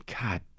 God